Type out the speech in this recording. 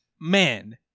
man